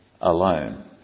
alone